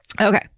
Okay